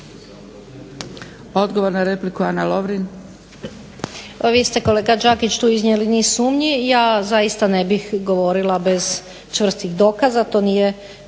Odgovor na repliku, Ana Lovrin.